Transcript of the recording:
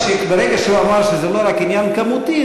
שברגע שהוא אמר שזה לא רק עניין כמותי,